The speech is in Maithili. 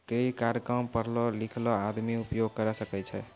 क्रेडिट कार्ड काम पढलो लिखलो आदमी उपयोग करे सकय छै?